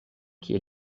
kie